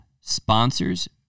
sponsors